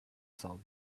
sound